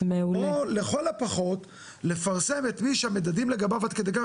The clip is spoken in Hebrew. או לכל הפחות לפרסם מי שהמדדים לגביו עד כדי כך